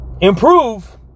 Improve